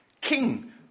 king